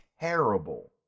terrible